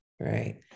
right